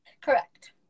Correct